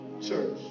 church